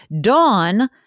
Dawn